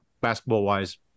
basketball-wise